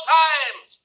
times